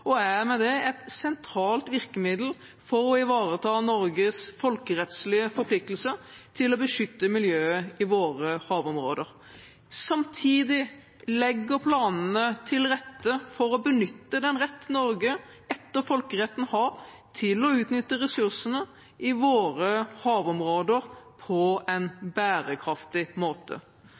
og er med det et sentralt virkemiddel for å ivareta Norges folkerettslige forpliktelser til å beskytte miljøet i våre havområder. Samtidig legger planene til rette for å benytte den rett Norge etter folkeretten har til å utnytte ressursene i våre havområder på en bærekraftig måte.